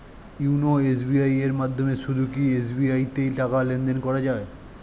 YONO SBI এর মাধ্যমে শুধুই কি এস.বি.আই তে টাকা লেনদেন করা যায়?